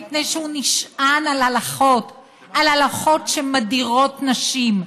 מפני שהוא נשען על הלכות שמדירות נשים,